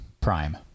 Prime